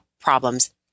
problems